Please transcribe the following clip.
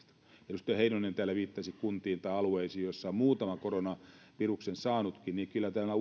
edustaja heinonen täällä viittasi kuntiin tai alueisiin joissa on muutama koronaviruksen saanut niin ei täällä